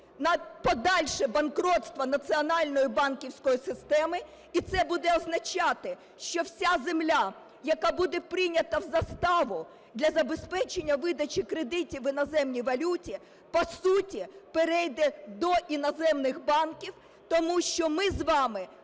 на подальше банкрутство національної банківської системи, і це буде означати, що вся земля, яка буде прийнята в заставу для забезпечення видачі кредитів в іноземній валюті, по суті перейде до іноземних банків, тому що ми з вами,